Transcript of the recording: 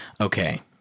Okay